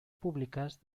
públicas